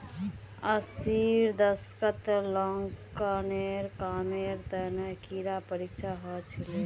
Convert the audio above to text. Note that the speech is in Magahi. अस्सीर दशकत लेखांकनेर कामेर तने कड़ी परीक्षा ह छिले